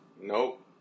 Nope